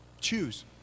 Choose